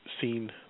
seen